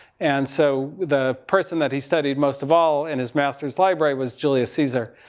and so the person that he studied most of all in his masters' library was julius caesar.